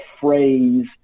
phrase